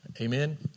Amen